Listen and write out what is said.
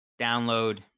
Download